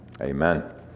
Amen